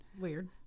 weird